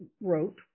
wrote